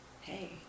hey